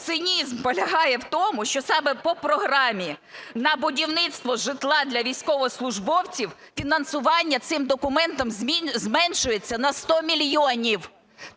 Цинізм полягає в тому, що саме по програмі на будівництво житла для військовослужбовців фінансування цим документом зменшується на 100 мільйонів!